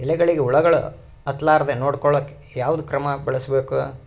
ಎಲೆಗಳಿಗ ಹುಳಾಗಳು ಹತಲಾರದೆ ನೊಡಕೊಳುಕ ಯಾವದ ಕ್ರಮ ಬಳಸಬೇಕು?